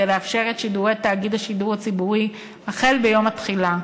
לאפשר את שידורי תאגיד השידור הציבורי החל ביום התחילה,